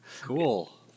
Cool